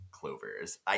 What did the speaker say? clovers